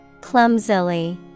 Clumsily